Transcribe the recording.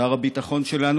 שר הביטחון שלנו,